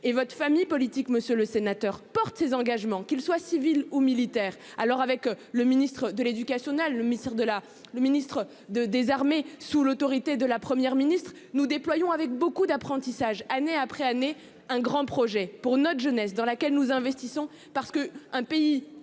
et votre famille politique, monsieur le sénateur porte ses engagements qu'ils soient civils ou militaires. Alors avec le ministre de l'Educational, le mystère de la. Le ministre de désarmer sous l'autorité de la Première ministre nous déployons avec beaucoup d'apprentissage, année après année, un grand projet pour notre jeunesse, dans laquelle nous investissons parce que un pays